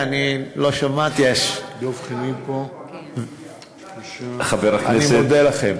לא שמעתי, אני מודה לכם.